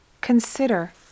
Consider